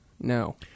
No